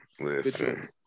listen